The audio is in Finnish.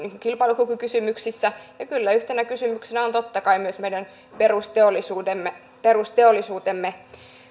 kilpailukykykysymyksissä ja kyllä yhtenä kysymyksenä on totta kai myös meidän perusteollisuutemme perusteollisuutemme